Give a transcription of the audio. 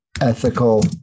ethical